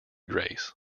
grace